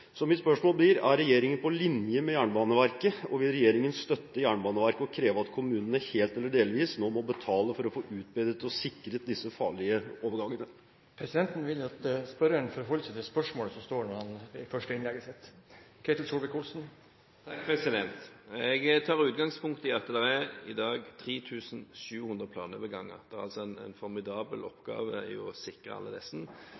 Mitt spørsmål blir: Er regjeringen på linje med Jernbaneverket, og vil regjeringen støtte Jernbaneverket og kreve at kommunene helt eller delvis nå må betale for å få utbedret og sikret disse farlige overgangene? Presidenten vil at spørreren i sitt første innlegg forholder seg til spørsmålet slik det står på trykk. Jeg tar utgangspunkt i at det i dag er 3 700 planoverganger. Det er en formidabel oppgave å sikre alle disse. En del er